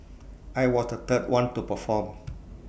I was the third one to perform